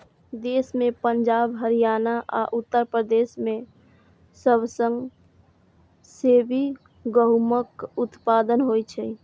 देश मे पंजाब, हरियाणा आ उत्तर प्रदेश मे सबसं बेसी गहूमक उत्पादन होइ छै